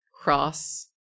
cross